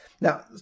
Now